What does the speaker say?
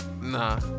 Nah